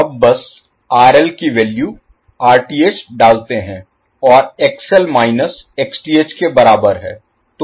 आप बस RL की वैल्यू Rth डालते हैं और XL माइनस Xth के बराबर है